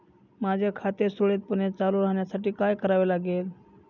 माझे खाते सुरळीतपणे चालू राहण्यासाठी काय करावे लागेल?